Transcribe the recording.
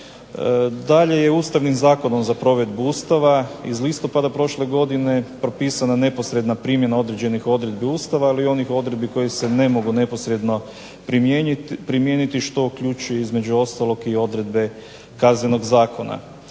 Dalje je Ustavnim zakonom za provedbu Ustava iz listopada prošle godine propisana neposredna primjena određenih odredbi Ustava, ali i onih odredbi koje se ne mogu neposredno primijeniti što uključuje između ostalog i odredbe Kaznenog zakona.